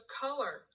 color